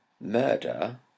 murder